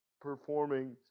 performing